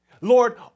Lord